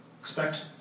Expect